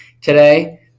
today